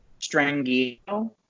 Strangio